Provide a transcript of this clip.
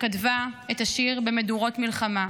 שכתבה את השיר "במדורות מלחמה":